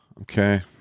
okay